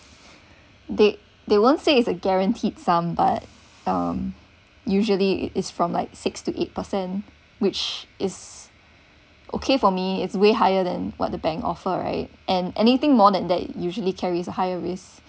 they they won't say is a guaranteed sum but um usually is from like six to eight percent which is okay for me it's way higher than what the bank offer right and anything more than that they usually carries a higher risk